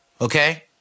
Okay